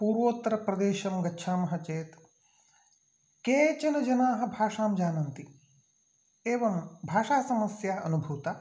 पूर्वोत्तरप्रदेशं गच्छामः चेत् केचनजनाः भाषां जानन्ति एवं भाषासमस्या अनुभूता